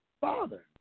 father